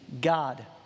God